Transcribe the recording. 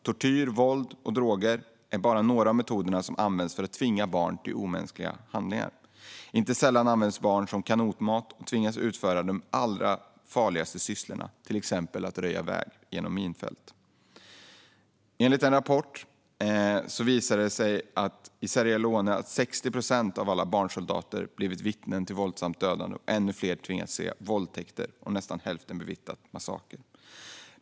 Tortyr, våld och droger är bara några av metoderna som används för att tvinga barn till omänskliga handlingar. Inte sällan används barn som kanonmat och tvingas utföra de allra farligaste sysslorna, till exempel att röja väg genom minfält. En rapport visar att i Sierra Leone har 60 procent av alla barnsoldater blivit vittnen till våldsamt dödande. Ännu fler har tvingats se våldtäkter, och nästan hälften har bevittnat massakrer.